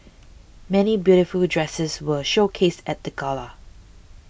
many beautiful dresses were showcased at the gala